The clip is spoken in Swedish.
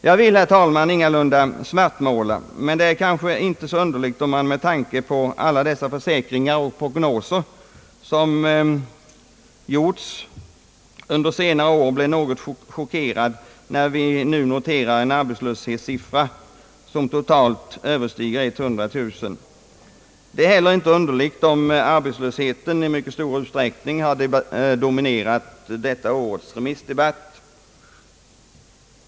Jag vill, herr talman, ingalunda svartmåla, men det är kanske inte så underligt, om man med tanke på alla försäkringar och prognoser som gjorts under senare år blir något chockerad, när vi nu noterar en arbetslöshetssiffra som totalt överstiger 100 000. Det är heller inte underligt att arbetslösheten i mycket stor utsträckning har dominerat årets remissdebatt.